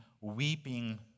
weeping